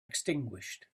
extinguished